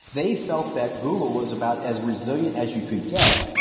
they felt that google was about as resilient as you could get,